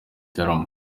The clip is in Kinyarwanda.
gitaramo